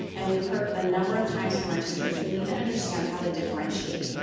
and we've heard a number of times from our teachers, we need to understand how to differentiate.